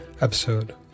episode